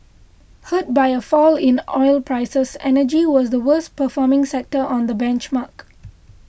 hurt by a fall in oil prices energy was the worst performing sector on the benchmark